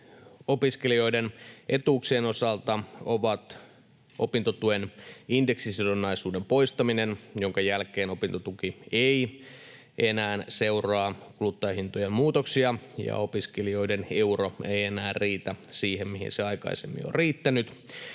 opiskelijoiden etuuksien osalta on opintotuen indeksisidonnaisuuden poistaminen, jonka jälkeen opintotuki ei enää seuraa kuluttajahintojen muutoksia ja opiskelijoiden euro ei enää riitä siihen, mihin se aikaisemmin on riittänyt.